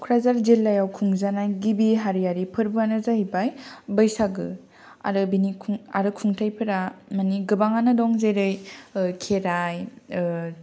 कक्राझार जिल्लायाव खुंजानाय गिबि हारियारि फोरबोआनो जाहैबाय बैसागो आरो खुंथाइफोरा माने गोबाङानो दं जेरै खेराइ